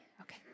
Okay